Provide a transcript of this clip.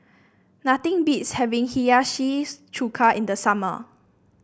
nothing beats having Hiyashi Chuka in the summer